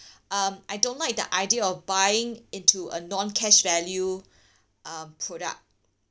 um I don't like the idea of buying into a non cash value uh product